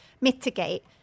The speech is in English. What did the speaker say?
mitigate